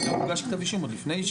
אני מתכוון,